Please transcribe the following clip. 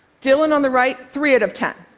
dylan, on the right, three out of ten.